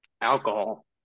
alcohol